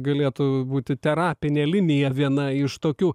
galėtų būti terapinė linija viena iš tokių